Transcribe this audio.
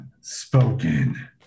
spoken